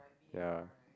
ya